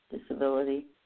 disability